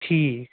ٹھیٖک